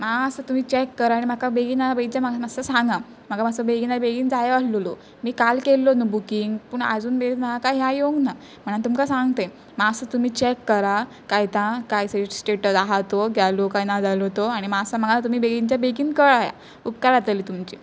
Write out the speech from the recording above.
मात्सो तुमी चॅक करा आनी म्हाका बेगीना बेगीच्या मातसो सांगा म्हाका मात्सो बेगीना बेगीन जायो आसलोलो मी काल केल्लो न्हू बुकींग पूण आजून मेरेन काय ह्यां येवंक ना म्हणून तुमकां सांगतय मात्सो तुमी चॅक करा कायतां कांय स स्टेटस आहा तो जालो काय ना जालो तो आनी मात्सो म्हाका तुमी बेगीनच्या बेगीन कळया उपकार जातले तुमचे